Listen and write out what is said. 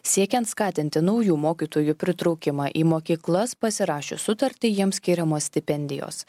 siekiant skatinti naujų mokytojų pritraukimą į mokyklas pasirašius sutartį jiems skiriamos stipendijos